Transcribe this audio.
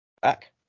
Back